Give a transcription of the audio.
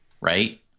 right